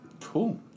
Cool